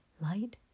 Light